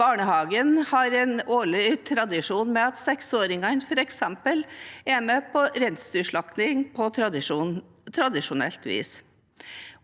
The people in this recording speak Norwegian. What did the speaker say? Barnehagen har f.eks. en årlig tradisjon med at seksåringene er med på reinsdyrslakting på tradisjonelt vis.